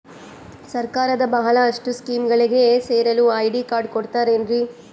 ಸರ್ಕಾರದ ಬಹಳಷ್ಟು ಸ್ಕೇಮುಗಳಿಗೆ ಸೇರಲು ಐ.ಡಿ ಕಾರ್ಡ್ ಕೊಡುತ್ತಾರೇನ್ರಿ?